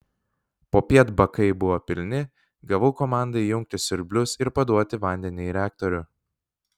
popiet bakai buvo pilni gavau komandą įjungti siurblius ir paduoti vandenį į reaktorių